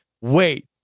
wait